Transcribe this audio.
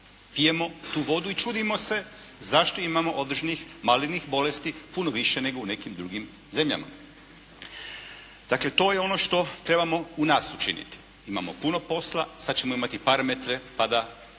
Pijemo tu vodu i čudimo se zašto imamo određenih malignih bolesti puno više nego u nekim drugim zemljama. Dakle, to je ono što trebamo u nas učiniti. Imamo puno posla, sada ćemo imati parametre pa da